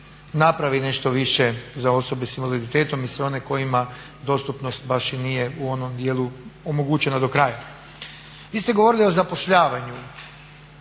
napravi nešto više za osobe s invaliditetom i sve one kojima dostupnost baš i nije u onom dijelu omogućena do kraja. Vi ste govorili o zapošljavanju